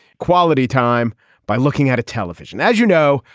quality time by looking at a television? as you know,